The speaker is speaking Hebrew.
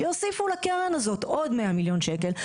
שיוסיפו לקרן הזאת עוד מאה מיליון שקל,